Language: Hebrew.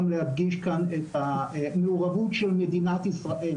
להדגיש כאן את המעורבות של מדינת ישראל,